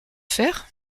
faire